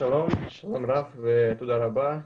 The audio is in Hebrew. שלום ותודה רבה.